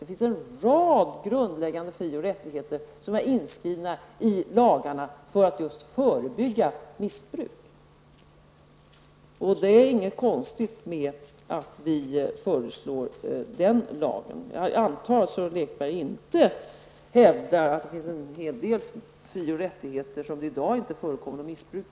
Det finns en rad grundläggande fri och rättigheter som är inskrivna i lagen för att just förebygga missbruk. Det är inget konstigt med att vi föreslår en sådan lag. Det finns en hel del fri och rättigheter som i dag inte utsätts för missbruk.